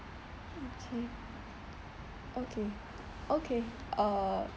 okay okay okay uh